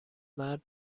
مرد